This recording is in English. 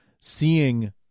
seeing